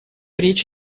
речь